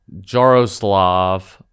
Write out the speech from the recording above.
Jaroslav